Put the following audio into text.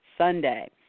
Sunday